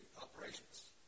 operations